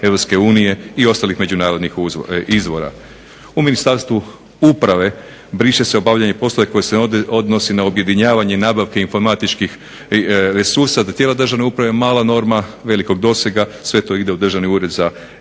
fondova EU i ostalih međunarodnih izvora. U Ministarstvu uprave briše se obavljanje poslova koji se odnosi na objedinjavanje nabavke informatičkih resursa. Za tijela Državne uprave mala norma velikog dosega. Sve to ide u Državni ured za